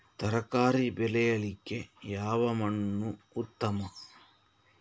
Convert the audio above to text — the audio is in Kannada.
ತರಕಾರಿ ಬೆಳೆಯಲಿಕ್ಕೆ ಯಾವ ಮಣ್ಣು ಉತ್ತಮ?